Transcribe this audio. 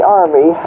army